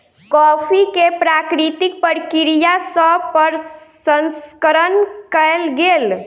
coffee के प्राकृतिक प्रक्रिया सँ प्रसंस्करण कयल गेल